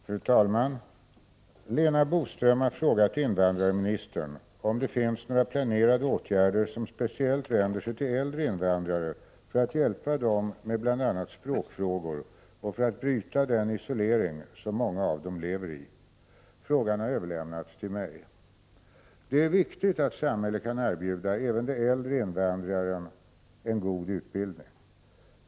OM Udd Fru talman! Lena Boström har frågat invandrarministern om det finns m äldreinvandrares språkproblem några planerade åtgärder som speciellt vänder sig till äldre invandrare för att hjälpa dem med bl.a. språkfrågor och för att bryta den isolering som många av dem lever i. Frågan har överlämnats till mig. Det är viktigt att samhället kan erbjuda även de äldre invandrarna en god utbildning.